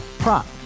prop